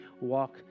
walk